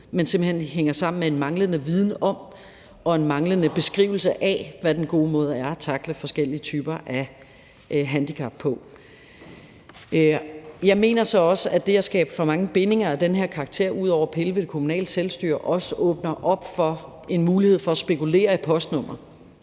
som simpelt hen hænger sammen med en manglende viden om og en manglende beskrivelse af, hvad den gode måde er at tackle forskellige typer af et handicap på. Jeg mener så også, at det at skabe for mange bindinger af den her karakter, ud over at pille ved det kommunale selvstyre, også åbner op for en mulighed for at spekulere i postnummer.